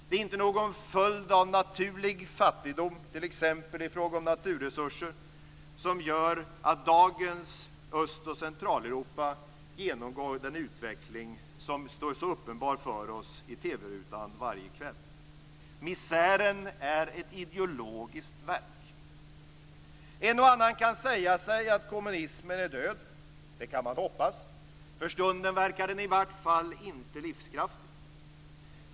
Det är inte någon följd av naturlig fattigdom t.ex. i fråga om naturresurser som gör att dagens Öst och Centraleuropa genomgår den utveckling som står så uppenbar för oss i TV rutan varje kväll. Misären är ett ideologiskt verk. En och annan kan säga sig att kommunismen är död. Det kan man hoppas. För stunden verkar den i vart fall inte livskraftig.